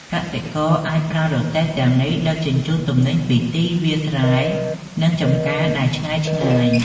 កសិករអាចប្រើរទេះទាំងនេះដឹកជញ្ជូនទំនិញពីទីវាលស្រែ និងចំការដែលឆ្ងាយៗ។